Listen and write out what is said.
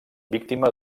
víctima